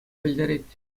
пӗлтерет